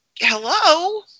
hello